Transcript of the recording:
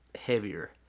heavier